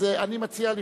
אז אני מציע,